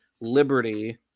liberty